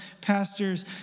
pastors